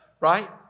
Right